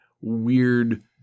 weird